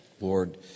Lord